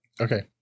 Okay